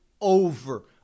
over